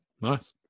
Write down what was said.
Nice